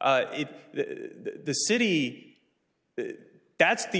that this city that's the